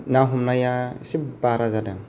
ना हमनाया एसे बारा जादों